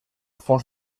fons